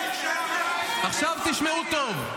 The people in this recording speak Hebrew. --- עכשיו תשמעו טוב.